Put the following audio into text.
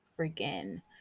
freaking